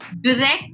direct